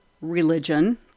religion